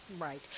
Right